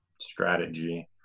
strategy